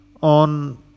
on